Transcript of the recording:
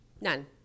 None